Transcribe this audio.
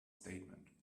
statement